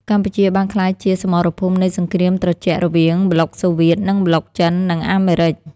កម្ពុជាបានក្លាយជាសមរភូមិនៃសង្គ្រាមត្រជាក់រវាងប្លុកសូវៀត និងប្លុកចិន-អាមេរិក។